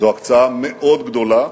זאת הקצאה מאוד גדולה,